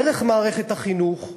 דרך מערכת החינוך,